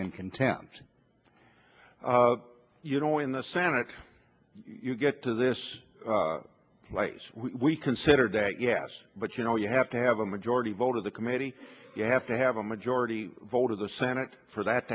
contempt you know in the senate you get to this place we considered that yes but you know you have to have a majority vote of the committee you have to have a majority vote of the senate for that